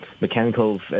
mechanical